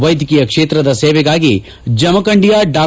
ವೈದ್ಯಕೀಯ ಕ್ಷೇತ್ರದ ಸೇವೆಗಾಗಿ ಜಮಖಂಡಿಯ ಡಾ